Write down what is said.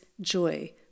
joy